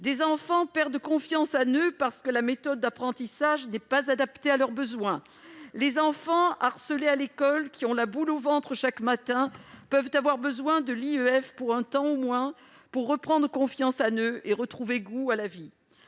Certains perdent confiance en eux parce que la méthode d'apprentissage n'est pas adaptée à leurs besoins. Les enfants harcelés à l'école, qui ont la boule au ventre chaque matin, peuvent avoir besoin de l'instruction en famille, au moins pour un temps, afin de reprendre confiance en eux et de retrouver goût à la vie.